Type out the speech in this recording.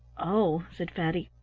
oh, said fatty,